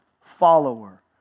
follower